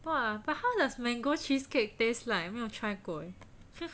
!wah! but how does mango cheesecake taste like 没有 try 过